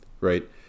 Right